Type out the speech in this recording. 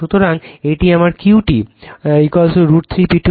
সুতরাং এটি আমার q t √ 3 P2 P1 এটি 4 ইকুয়েশন